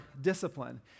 discipline